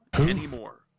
anymore